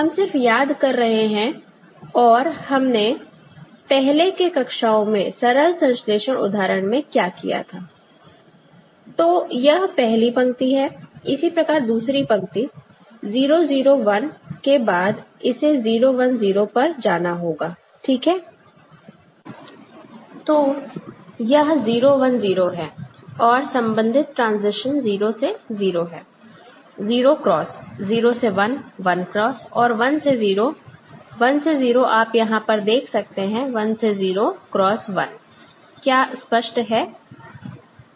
हम सिर्फ याद कर रहे हैं और हमने पहले के कक्षाओं में सरल संश्लेषण उदाहरण में क्या किया था तो यह पहली पंक्ति है इसी प्रकार दूसरी पंक्ति 0 0 1 के बाद इसे 0 1 0 पर जाना होगा ठीक है तो यह 0 1 0 है और संबंधित ट्रांजिशन 0 से 0 है 0 क्रॉस 0 से 1 1 क्रॉस और 1 से 0 1 से 0 आप यहां पर देख सकते हैं 1 से 0 क्रॉस 1 क्या स्पष्ट है